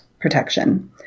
protection